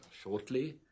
shortly